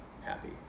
happy